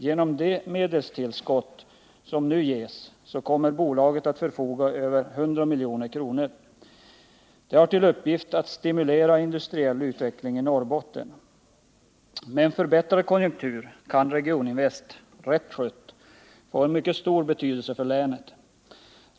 Genom det medelstillskott som nu ges kommer bolaget att förfoga över 100 milj.kr. Det har till uppgift att stimulera industriell utveckling i Norrbotten. Med en förbättrad konjunktur kan Regioninvest — rätt skött — få en mycket stor betydelse för länet.